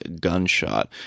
gunshot